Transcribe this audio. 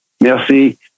Merci